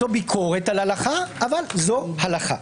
זאת ביקורת על הלכה אבל זאת הלכה.